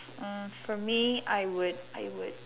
um for me I would I would